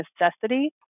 necessity